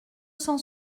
cent